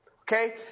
Okay